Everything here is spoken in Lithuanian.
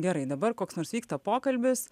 gerai dabar koks nors vyksta pokalbis